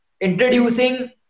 introducing